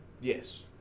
yes